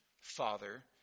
father